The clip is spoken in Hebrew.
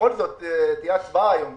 בכל זאת תהיה היום הצבעה.